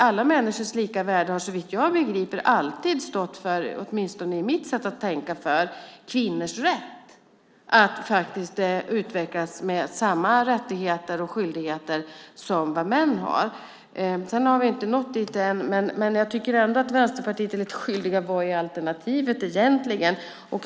Alla människors lika värde har, åtminstone enligt mitt sätt att tänka, alltid stått för kvinnors rätt att utvecklas med samma rättigheter och skyldigheter som män. Vi har inte nått dit än, men jag tycker ändå att Vänsterpartiet är skyldigt att tala om vad alternativet egentligen är.